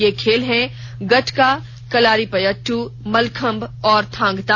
ये खेल हैं गटका कलारीपयटटू मल्लखंब और थांग ता